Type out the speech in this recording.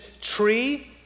tree